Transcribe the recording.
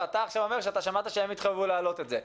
ואתה עכשיו אומר שאתה שמעת שהם יתחייבו להעלות את זה.